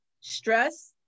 stress